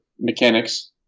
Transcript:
mechanics